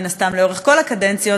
מן הסתם לאורך כל הקדנציות,